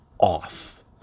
off